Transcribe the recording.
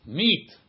meat